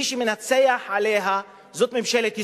מי שמנצח עליה זו ממשלת ישראל,